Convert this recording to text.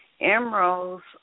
Emeralds